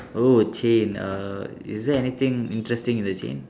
oh chain err is there anything interesting in the chain